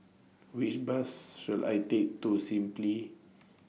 Which Bus should I Take to Simply